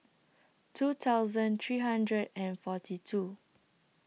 two thousand three hundred and forty two